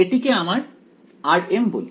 এটিকে আমি আমার rm বলি